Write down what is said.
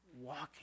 walking